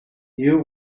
you